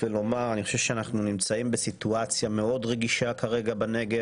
ולומר שאני חושב שאנחנו כרגע נמצאים בסיטואציה מאוד רגישה בנגב.